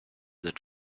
that